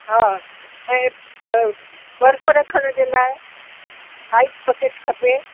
हा ऐं बर्फ़ रखण जे लाइ आइस बकेट खपे